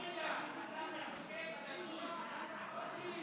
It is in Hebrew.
ודמי ביטוח בריאות מופחתים למי שפרש פרישה מוקדמת (תיקוני חקיקה),